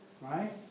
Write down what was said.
Right